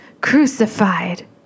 crucified